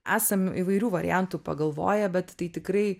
esam įvairių variantų pagalvoję bet tai tikrai